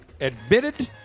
admitted